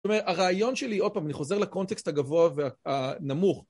זאת אומרת, הרעיון שלי, עוד פעם אני חוזר לקונטקסט הגבוה והנמוך